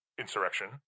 insurrection